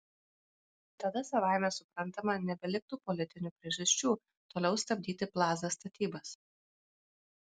tada savaime suprantama nebeliktų politinių priežasčių toliau stabdyti plaza statybas